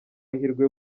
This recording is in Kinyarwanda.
mahirwe